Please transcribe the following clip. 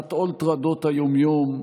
תחת עול טרדות היום-יום,